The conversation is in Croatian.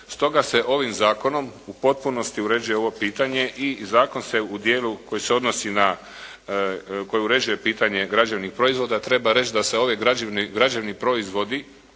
Stoga se ovim zakonom u potpunosti uređuje ovo pitanje i zakon se u dijelu koji se odnosi na, koji uređuje pitanje građevnih proizvoda treba reći da se ovi građevni proizvodi